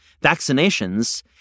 vaccinations